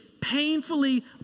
painfully